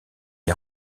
est